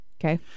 Okay